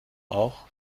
auch